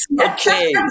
okay